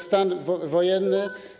Stan wojenny?